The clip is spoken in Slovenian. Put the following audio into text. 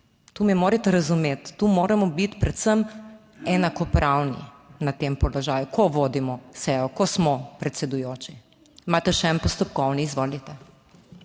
tu me morate razumeti, tu moramo biti predvsem enakopravni na tem položaju, ko vodimo sejo, ko smo predsedujoči. Imate še en postopkovni, izvolite.